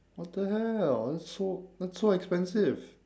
what the hell that's so that's so expensive